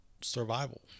survival